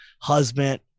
husband